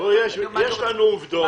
יש לנו עובדות,